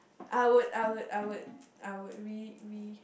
I would I would I would I would really really